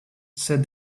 said